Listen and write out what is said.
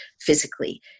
physically